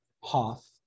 Hoff